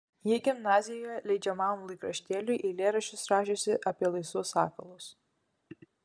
ji gimnazijoje leidžiamam laikraštėliui eilėraščius rašiusi apie laisvus sakalus